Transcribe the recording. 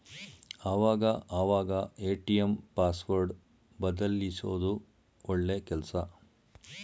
ಆವಾಗ ಅವಾಗ ATM password ಬದಲ್ಯಿಸೋದು ಒಳ್ಳೆ ಕೆಲ್ಸ